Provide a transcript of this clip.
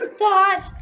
thought